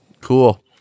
cool